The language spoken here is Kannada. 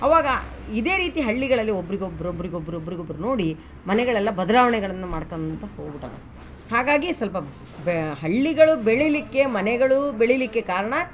ಅವಾಗ ಇದೇ ರೀತಿ ಹಳ್ಳಿಗಳಲ್ಲಿ ಒಬ್ರಿಗೊಬ್ರು ಒಬ್ರಿಗೊಬ್ರು ಒಬ್ರಿಗೊಬ್ರು ನೋಡಿ ಮನೆಗಳೆಲ್ಲ ಬದಲಾವಣೆಗಳನ್ನ ಮಾಡ್ಕೊತ ಹೋಗಿ ಬಿಟ್ಟಾರೆ ಹಾಗಾಗಿ ಸ್ವಲ್ಪ ಬೇ ಹಳ್ಳಿಗಳು ಬೆಳಿಲಿಕ್ಕೆ ಮನೆಗಳೂ ಬೆಳಿಲಿಕ್ಕೆ ಕಾರಣ